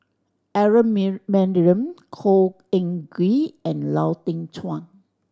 Aaron Maniam Khor Ean Ghee and Lau Teng Chuan